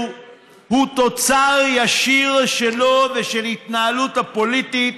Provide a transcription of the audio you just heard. הוא תוצר ישיר שלו ושל ההתנהלות הפוליטית